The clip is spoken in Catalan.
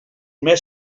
mes